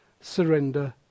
surrender